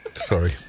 Sorry